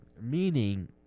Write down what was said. meaning